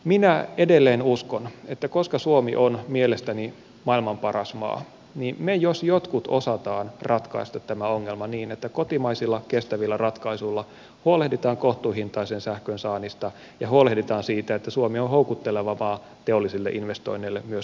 minä edelleen uskon että koska suomi on mielestäni maailman paras maa niin me jos jotkut osaamme ratkaista tämän ongelman niin että kotimaisilla kestävillä ratkaisuilla huolehditaan kohtuuhintaisen sähkön saannista ja huolehditaan siitä että suomi on houkutteleva maa teollisille investoinneille myös tulevaisuudessa